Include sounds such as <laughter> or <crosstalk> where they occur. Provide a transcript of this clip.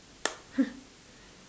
<laughs>